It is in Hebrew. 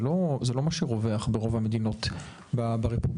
זה לא מה שרווח ברוב המדינות ברפובליקה.